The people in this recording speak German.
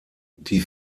die